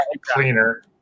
cleaner